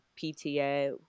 PTA